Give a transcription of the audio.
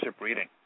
reading